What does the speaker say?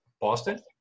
Boston